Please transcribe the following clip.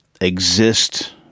exist